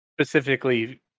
Specifically